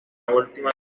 última